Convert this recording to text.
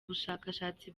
bushakashatsi